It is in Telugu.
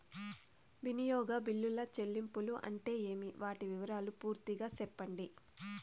వినియోగ బిల్లుల చెల్లింపులు అంటే ఏమి? వాటి వివరాలు పూర్తిగా సెప్పండి?